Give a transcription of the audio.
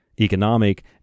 economic